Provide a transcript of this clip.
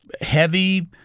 heavy